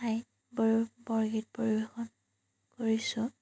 ঠাইত বৰগীত পৰিৱেশন কৰিছোঁ